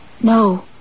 No